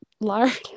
lard